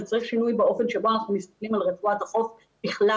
אבל צריך שינוי באופן שבו אנחנו מסתכלים על רצועת החוף בכלל,